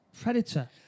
Predator